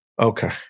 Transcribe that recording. Okay